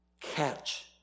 catch